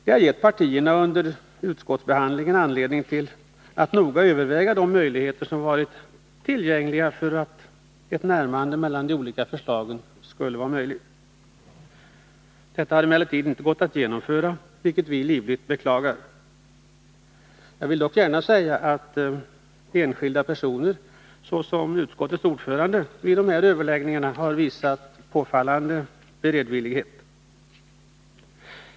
Det har gett partierna anledning att under utskottsbehandlingen noga överväga de möjligheter som har varit tillgängliga för ett närmande mellan de olika förslagen. Detta har emellertid inte gått att genomföra, vilket vi livligt beklagar. Jag vill dock gärna säga att enskilda personer, såsom utskottets ordförande, vid de här överläggningarna har visat påfallande beredvillighet.